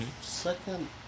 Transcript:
second